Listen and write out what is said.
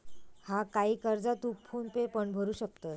हा, काही कर्जा तू फोन पेन पण भरू शकतंस